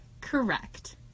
Correct